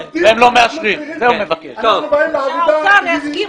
אנחנו באים לעבודה וממשיכים